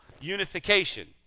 unification